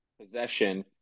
possession